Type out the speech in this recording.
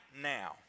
now